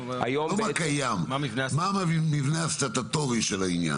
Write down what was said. לא מה קיים, מה המבנה הסטטוטורי של העניין.